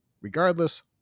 Regardless